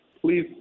please